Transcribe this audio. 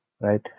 right